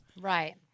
Right